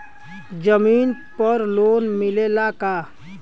जमीन पर लोन मिलेला का?